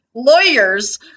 lawyers